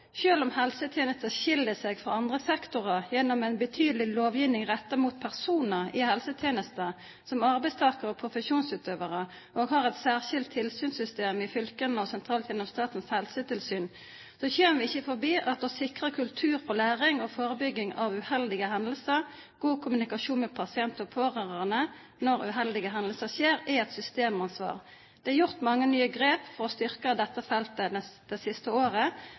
Sjøl om helsetjenesten skiller seg fra andre sektorer gjennom en betydelig lovgivning rettet mot personer i helsetjenesten, som arbeidstakere og profesjonsutøvere, og har et særskilt tilsynssystem i fylkene og sentralt gjennom Statens helsetilsyn, kommer vi ikke forbi at å sikre kultur for læring og forebygging av uheldige hendelser, god kommunikasjon med pasient og pårørende når uheldige hendelser skjer, er et systemansvar. Det er gjort mange nye grep for å styrke dette feltet det siste året,